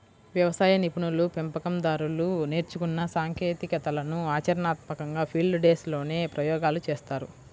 వ్యవసాయ నిపుణులు, పెంపకం దారులు నేర్చుకున్న సాంకేతికతలను ఆచరణాత్మకంగా ఫీల్డ్ డేస్ లోనే ప్రయోగాలు చేస్తారు